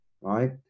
right